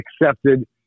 accepted